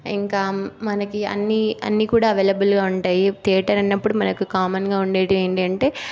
ఇంకా మనకి అన్నీ అన్నీ కూడా ఎవైలబుల్గా ఉంటాయి థియేటర్ అన్నప్పుడు మనకి కామన్గా ఉండేటివి ఏంటంటే